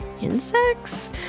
insects